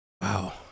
Wow